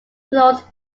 flows